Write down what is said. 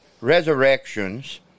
resurrections